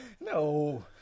no